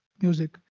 music